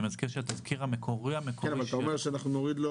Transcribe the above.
אני מזכיר שהתזכיר המקורי --- אתה אומר שאנחנו נוריד לו,